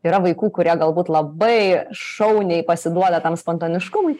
yra vaikų kurie galbūt labai šauniai pasiduoda tam spontaniškumui